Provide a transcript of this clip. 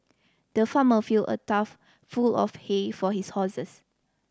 the farmer filled a trough full of hay for his horses